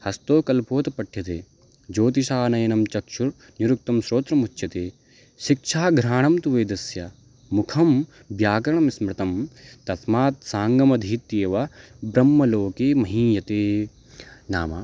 हस्तौ कल्पोथ पठ्यते ज्योतिषामयनं चक्षुर्निरुक्तं श्रोत्रमुच्यते शिक्षा घ्राणन्तु वेदस्य मुखं व्याकरणं स्मृतं तस्मात् साङ्गमधीत्येव ब्रह्मलोके महीयते नाम